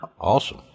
Awesome